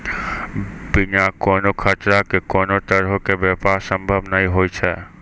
बिना कोनो खतरा के कोनो तरहो के व्यापार संभव नै होय छै